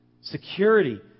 Security